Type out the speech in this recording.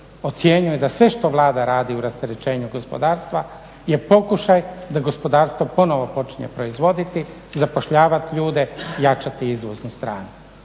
ocjenjuje da sve što Vlada radi u rasterećenju gospodarstva je pokušaj da gospodarstvo ponovno počinje proizvoditi, zapošljavati ljude, jačati izvoznu stranu.